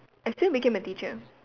I still became a teacher